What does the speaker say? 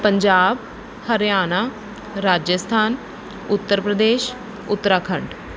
Punjab Haryana Rajasthan Uttar Pradesh Uttarakhand